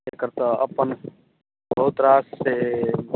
एकर तऽ अपन बहुत रास